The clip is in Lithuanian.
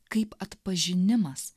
kaip atpažinimas